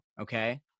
Okay